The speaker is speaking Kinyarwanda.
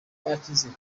bakize